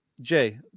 Jay